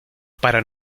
para